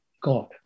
God